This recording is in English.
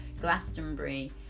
glastonbury